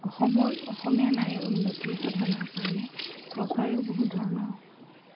অসমৰ অসমীয়া নাৰী উন্নতি সাধনৰ কাৰণে চৰকাৰেও বহু ধৰণৰ